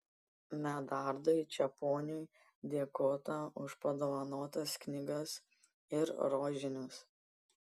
medardui čeponiui dėkota už padovanotas knygas ir rožinius